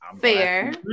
fair